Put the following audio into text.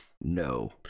No